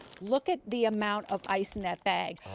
look at the amount of ice in that bag.